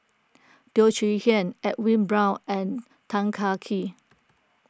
Teo Chee Hean Edwin Brown and Tan Kah Kee